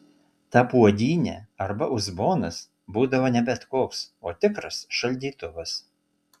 ta puodynė arba uzbonas būdavo ne bet koks o tikras šaldytuvas